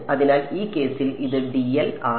അതിനാൽ ഈ കേസിൽ ഇത് dl ആണ്